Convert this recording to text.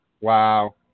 Wow